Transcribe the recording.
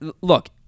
look